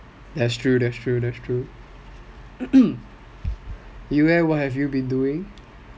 that's true that's true you leh what have you been doing